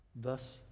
thus